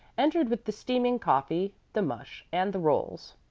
entered with the steaming coffee, the mush, and the rolls.